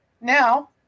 Now